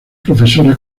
profesora